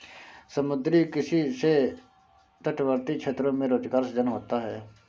समुद्री किसी से तटवर्ती क्षेत्रों में रोजगार सृजन होता है